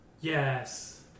Yes